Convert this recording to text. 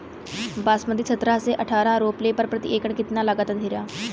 बासमती सत्रह से अठारह रोपले पर प्रति एकड़ कितना लागत अंधेरा?